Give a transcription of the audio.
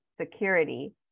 security